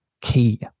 key